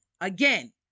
Again